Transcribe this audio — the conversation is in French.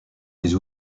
des